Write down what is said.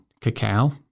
cacao